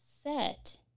set